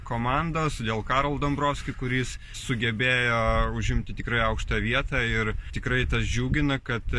komandos dėl karol dombrovski kuris sugebėjo užimti tikrai aukštą vietą ir tikrai tas džiugina kad